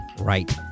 right